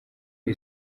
ari